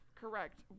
Correct